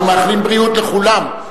אנחנו מאחלים בריאות לכולם,